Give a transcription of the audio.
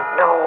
no